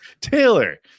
Taylor